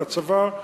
והצבא,